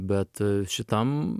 bet šitam